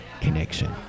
connection